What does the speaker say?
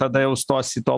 tada jau stos į to